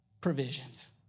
provisions